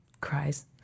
cries